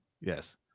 yes